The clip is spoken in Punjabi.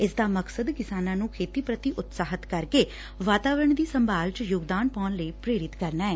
ਇਸ ਦਾ ਮਕਸਦ ਕਿਸਾਨਾਂ ਨੂੰ ਖੇਤੀ ਪ੍ਤੀ ਉਤਸ਼ਾਹਿਤ ਕਰਕੇ ਵਾਤਾਵਰਨ ਦੀ ਸੰਭਾਲ ਚ ਯੋਗਦਾਨ ਪਾਉਣ ਲਈ ਪ੍ਰੇਰਿਤ ਕਰਨਾ ਐ